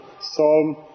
Psalm